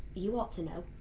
you ought to know.